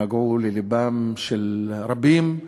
נגעו ללבם של רבים,